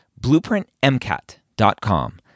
BlueprintMCAT.com